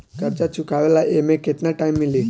कर्जा चुकावे ला एमे केतना टाइम मिली?